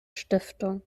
stiftung